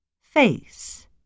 face